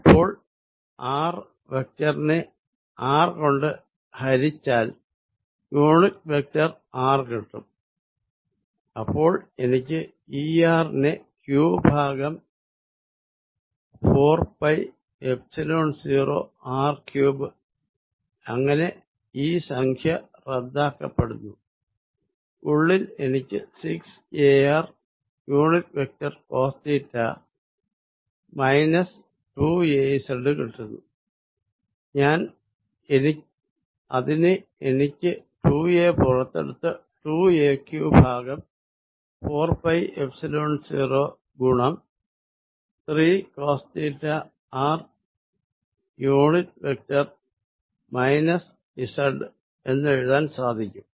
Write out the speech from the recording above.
അപ്പോൾ r വെക്ടറിനെ r കൊണ്ട് ഹരിച്ചാൽ യൂണിറ്റ് വെക്ടർ r കിട്ടും അപ്പോൾ എനിക്ക് Er നെ q ഭാഗം 4 പൈ എപ്സിലോൺ 0 r ക്യൂബ്ഡ് അങ്ങനെ ഈ സംഖ്യാ റദ്ദാക്കപ്പെടുന്നു ഉള്ളിൽ എനിക്ക് 6ar unit vector cos theta minus 2az കിട്ടുന്നു അതിനെ എനിക്ക് 2a പുറത്തെടുത്ത് 2aq ഭാഗം 4 പൈ എപ്സിലോൺ 0 ഗണം 3 cos theta r unit vector minus z എന്നെഴുതാൻ സാധിക്കും